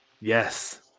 Yes